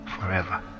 forever